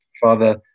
Father